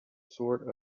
sort